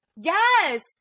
yes